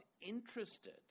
interested